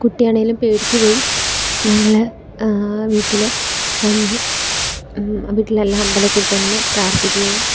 കുട്ടിയാണെങ്കിലും പേടിച്ചുപോയി ഞങ്ങൾ വീട്ടിൽ വന്ന് വീട്ടിൽ അല്ല അമ്പലത്തിൽ ചെന്ന് പ്രാർത്ഥിക്കുകയും